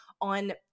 on